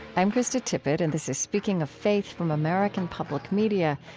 i'm krista tippett and this is speaking of faith from american public media.